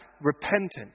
repentant